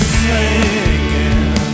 singing